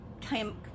came